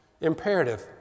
imperative